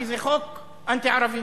כי זה חוק אנטי-ערבי.